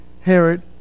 Herod